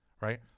right